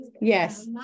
Yes